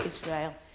Israel